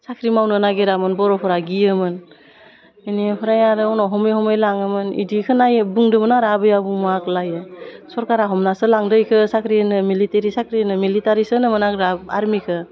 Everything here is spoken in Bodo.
साख्रि मावनो नागिरामोन बर'फोरा गियोमोन बेनिफ्राय आरो उनाव हमै हमै लाङोंमोन बिदि खोनायो बुंदोंमोन आरो आबै आबौमोना आग्लायो सरकारा हमनासो लांदों बिखौ साख्रि होनो मिलिटारि साख्रि होनो मिलिटारिसो होनोमोन आरो ना आरमिखौ